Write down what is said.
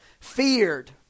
feared